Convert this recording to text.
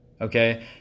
okay